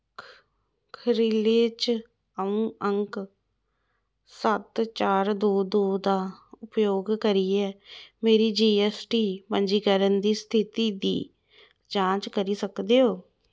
खीरले च अ'ऊं अंक सत्त चार दो दो दा उपयोग करियै मेरी जी ऐस्स टी पंजीकरन दी स्थिति दी जांच करी सकदे ओ